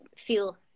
feel